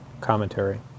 Commentary